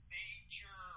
major